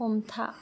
हमथा